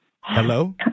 hello